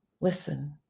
listen